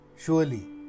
Surely